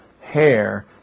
hair